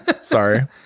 sorry